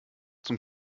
zum